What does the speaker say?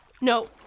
no